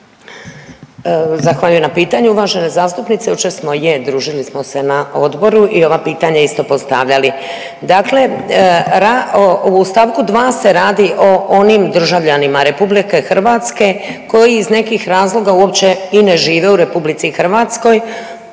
Zahvaljujem na pitanju uvažena zastupnice. Jučer smo je družili smo se na odboru i ova pitanja isto postavljali. Dakle, u stavku 2. se radi o onim državljanima RH koji iz nekih razloga uopće i ne žive u RH,